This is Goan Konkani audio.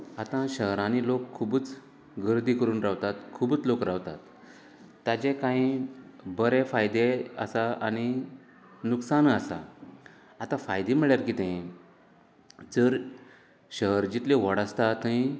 आता शहरांनी लोक खुबच गर्दी करून रावतात खुबच लोक रावतात ताचे कांय बरें फायदे आसा आनी लुकसाणय आसा आता फायदे म्हळ्यार कितें जर शहर जितले व्हड आसता थंय